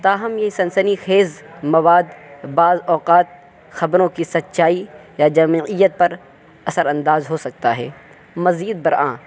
تاہم یہ سنسنی خیز مواد بعض اوقات خبروں کی سچائی یا جامعیت پر اثر انداز ہو سکتا ہے مزید بر آں